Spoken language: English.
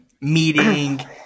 meeting